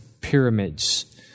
pyramids